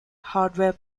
hardware